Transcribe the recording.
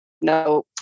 No